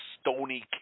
stony